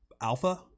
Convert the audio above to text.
alpha